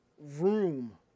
room